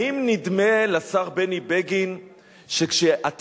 האם נדמה לשר בני בגין שכשהתביעות